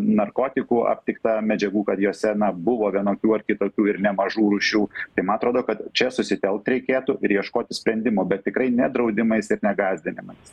narkotikų aptikta medžiagų kad jose na buvo vienokių ar kitokių ir nemažų rūšių tai ma atrodo kad čia susitelkt reikėtų ir ieškoti sprendimo bet tikrai ne draudimais ir ne gąsdinimais